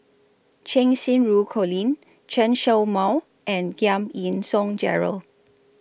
Cheng Xinru Colin Chen Show Mao and Giam Yean Song Gerald